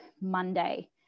Monday